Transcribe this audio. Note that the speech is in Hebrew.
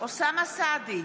אוסאמה סעדי,